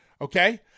Okay